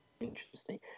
Interesting